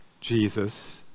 Jesus